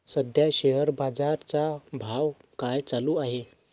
सध्या शेअर बाजारा चा भाव काय चालू आहे?